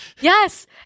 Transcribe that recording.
yes